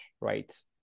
right